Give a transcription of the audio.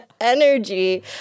energy